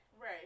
right